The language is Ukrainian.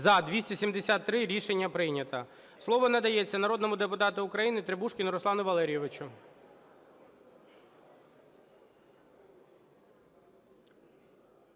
За-273 Рішення прийнято. Слово надається народному депутату України Требушкіну Руслану Валерійовичу.